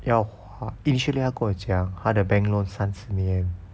要还因为他 actually 跟我讲他的 bank loan 三十年